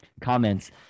comments